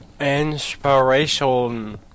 Inspiration